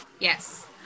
Yes